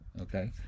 okay